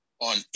on